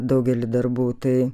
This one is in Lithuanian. daugelį darbų tai